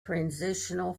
transitional